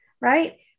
right